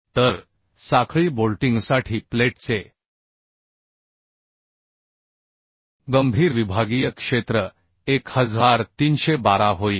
तर साखळी बोल्टिंगसाठी प्लेटचे गंभीर विभागीय क्षेत्र 1312 होईल